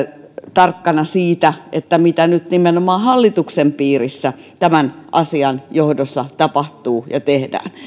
tarkkana siitä mitä nyt nimenomaan hallituksen piirissä tämän asian johdossa tapahtuu ja tehdään